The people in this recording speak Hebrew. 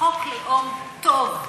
חוק לאום טוב.